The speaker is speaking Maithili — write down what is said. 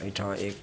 अहिठाँ एक